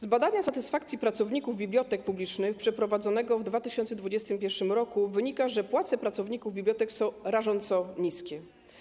Z badania satysfakcji pracowników bibliotek publicznych przeprowadzonego w 2021 r. wynika, że płace pracowników bibliotek są rażąco niskie.